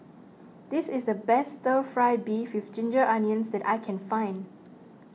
this is the best Stir Fry Beef with Ginger Onions that I can find